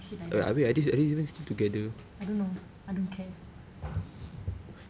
shit like that I don't know I don't care